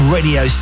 Radio